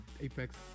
Apex